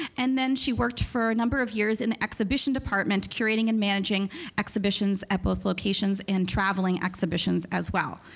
and then she worked for a number of years in the exhibition department, curating and managing exhibitions at both locations, and traveling exhibitions as well.